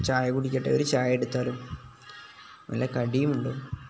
ചായ കുടിക്കട്ടെ ഒരു ചായ എടുത്താലോ നല്ല കടിയുമുണ്ട്